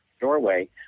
doorway